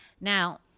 Now